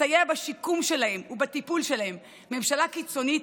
תסייע בשיקום שלהם ובטיפול בהם, "ממשלה קיצונית",